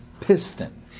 piston